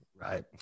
right